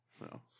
no